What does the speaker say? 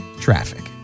traffic